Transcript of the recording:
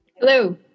Hello